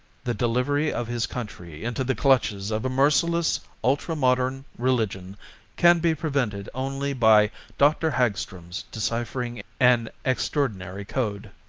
the delivery of his country into the clutches of a merciless, ultra-modern religion can be prevented only by dr. hagstrom's deciphering an extraordinary code.